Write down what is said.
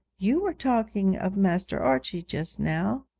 you were talking of master archie just now.